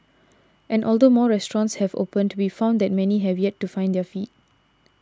and although more restaurants have opened we found that many have yet to find their feet